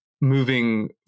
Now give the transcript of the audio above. moving